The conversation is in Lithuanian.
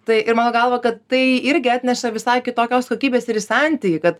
tai ir mano galva kad tai irgi atneša visai kitokios kokybės ir į santykį kad